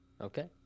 Okay